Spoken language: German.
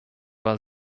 war